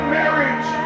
marriage